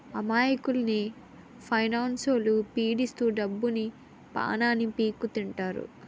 అమాయకుల్ని ఫైనాన్స్లొల్లు పీడిత్తు డబ్బుని, పానాన్ని పీక్కుతింటారు